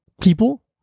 people